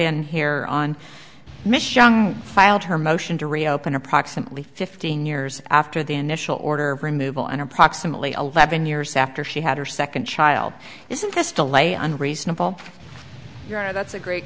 filed her motion to reopen approximately fifteen years after the initial order of removal and approximately eleven years after she had her second child isn't this delay unreasonable your honor that's a great